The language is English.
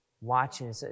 watching